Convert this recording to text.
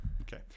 Okay